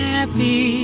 Happy